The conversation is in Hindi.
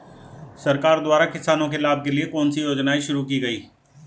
सरकार द्वारा किसानों के लाभ के लिए कौन सी योजनाएँ शुरू की गईं?